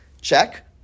Check